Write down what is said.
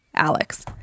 Alex